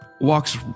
walks